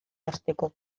hasteko